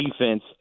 defense